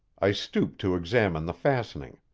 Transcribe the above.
i stooped to examine the fastening.